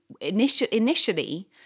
initially